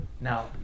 Now